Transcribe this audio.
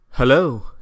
Hello